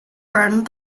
burned